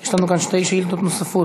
יש לנו כאן שתי שאילתות נוספות.